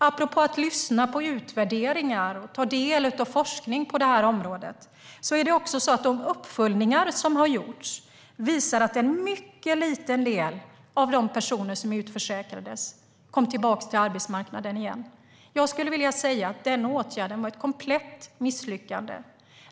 Apropå att lyssna på utvärderingar och ta del av forskning på området visar de uppföljningar som har gjorts att det var en mycket liten del av de personer som utförsäkrades som kom tillbaka till arbetsmarknaden igen. Jag skulle vilja säga att den åtgärden var ett komplett misslyckande.